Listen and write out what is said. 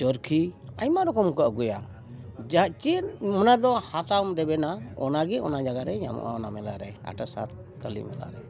ᱪᱚᱨᱠᱷᱤ ᱟᱭᱢᱟ ᱨᱚᱠᱚᱢ ᱠᱚ ᱟᱹᱜᱩᱭᱟ ᱡᱟᱦᱟᱸ ᱪᱮᱫ ᱚᱱᱟ ᱫᱚ ᱦᱟᱛᱟᱣᱮᱢ ᱨᱮᱵᱮᱱᱟ ᱚᱱᱟᱜᱮ ᱚᱱᱟ ᱡᱟᱭᱜᱟ ᱨᱮ ᱧᱟᱢᱚᱜᱼᱟ ᱚᱱᱟ ᱢᱮᱞᱟᱨᱮ ᱟᱴᱟ ᱥᱟᱛ ᱠᱟᱹᱞᱤ ᱢᱮᱞᱟᱨᱮ